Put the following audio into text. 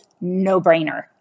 no-brainer